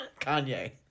Kanye